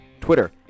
Twitter